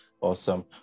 awesome